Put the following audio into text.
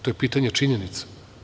To je pitanje činjenica.